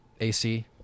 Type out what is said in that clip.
AC